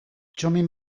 txomin